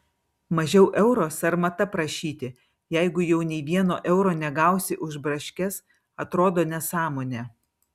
mažiau euro sarmata prašyti jeigu jau nei vieno euro negausi už braškes atrodo nesąmonė